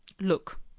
look